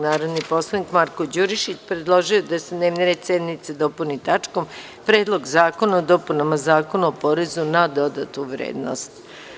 Narodni poslanik Marko Đurišić predložio je da se dnevni red sednice dopuni tačkom – Predlog zakona o dopunama Zakona o porezu da dodatu vrednost.